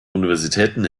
universitäten